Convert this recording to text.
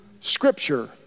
scripture